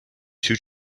two